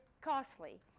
costly